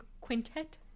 quintet